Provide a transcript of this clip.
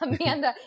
Amanda